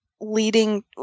leading